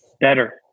better